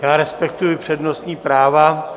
Respektuji přednostní práva.